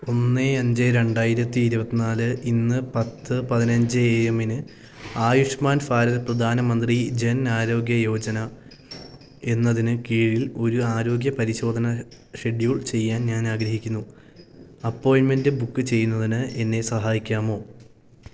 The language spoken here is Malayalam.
ഒന്ന് അഞ്ച് രണ്ടായിരത്തി ഇരുപത്തിനാല് ഇന്ന് പത്ത് പതിനഞ്ച് എ എമ്മിന് ആയുഷ്മാൻ ഭാരത് പ്രധാൻ മന്ത്രി ജൻ ആരോഗ്യ യോജന എന്നതിനു കീഴിൽ ഒരു ആരോഗ്യ പരിശോധന ഷെഡ്യൂൾ ചെയ്യാൻ ഞാനാഗ്രഹിക്കുന്നു അപ്പോയിൻമെൻ്റ് ബുക്ക് ചെയ്യുന്നതിന് എന്നെ സഹായിക്കാമോ